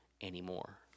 anymore